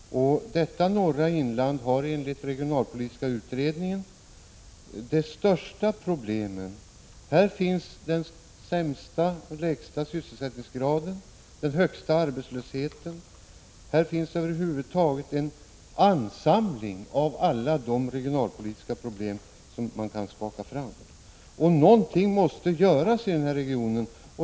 Detta norra inland har enligt den regionalpolitiska utredningen de största problemen i landet. Här finns den lägsta sysselsättningsgraden och den största arbetslösheten. Här finns över huvud taget en ansamling av alla de regionalpolitiska problem man kan tänka sig. Någonting måste göras i den här regionen.